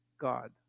God